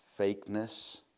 fakeness